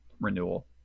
renewal